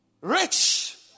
Rich